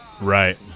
Right